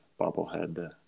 bobblehead